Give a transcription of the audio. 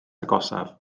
agosaf